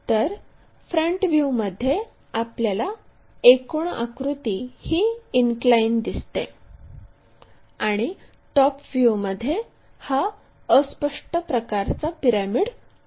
तर फ्रंट व्ह्यूमध्ये आपल्याला एकूण आकृती ही इनक्लाइन दिसते आणि टॉप व्ह्यूमध्ये हा अस्पष्ट प्रकारचा पिरॅमिड बनतो